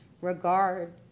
regard